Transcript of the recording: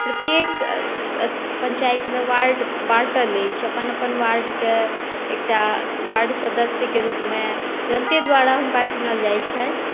प्रत्येक पञ्चायतमे वार्ड बाँटल अछि अपन अपन वार्डकेँ एकटा वार्ड सदस्यके रूपमे जनते द्वारा हुनका चुनल जाइत छनि